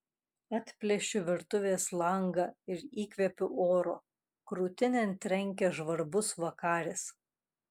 atplėšiu virtuvės langą ir įkvepiu oro krūtinėn trenkia žvarbus vakaris